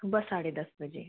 सुबह साढ़े दस बजे